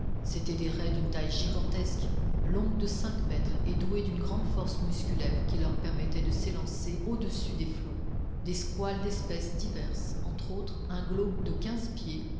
c'étaient des raies d'une taille gigantesque longues de cinq mètres et douées d'une grande force musculaire qui leur permet de s'élancer au-dessus des flots des squales d'espèces diverses entre autres un glauque de quinze pieds